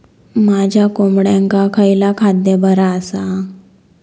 माझ्या कोंबड्यांका खयला खाद्य बरा आसा?